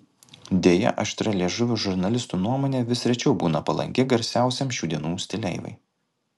deja aštrialiežuvių žurnalistų nuomonė vis rečiau būna palanki garsiausiam šių dienų stileivai